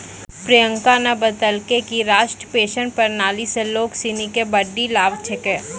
प्रियंका न बतेलकै कि राष्ट्रीय पेंशन प्रणाली स लोग सिनी के बड्डी लाभ छेकै